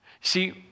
See